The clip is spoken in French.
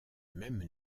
même